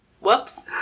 Whoops